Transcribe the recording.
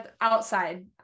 Outside